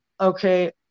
okay